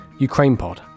ukrainepod